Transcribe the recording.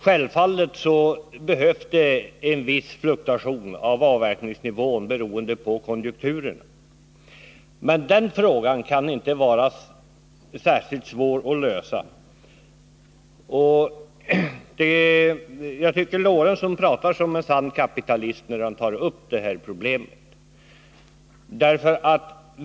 Självfallet behövs det en viss fluktuation i avverkningsnivån, beroende på konjunkturerna, men den frågan kan inte vara särskilt svår att lösa. Jag tycker att Sven Eric Lorentzon pratar som en sann kapitalist när han tar upp detta problem.